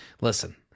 listen